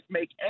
make